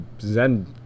zen